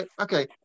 Okay